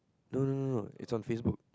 no no no no it's on Facebook